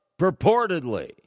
purportedly